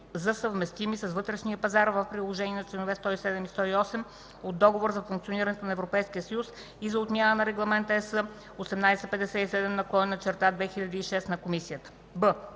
за съвместими с вътрешния пазар в приложение на членове 107 и 108 от Договора за функционирането на Европейския съюз и за отмяна на Регламент (ЕС) № 1857/2006 на Комисията